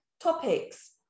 topics